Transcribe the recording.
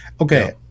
okay